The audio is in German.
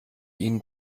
ihnen